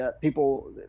People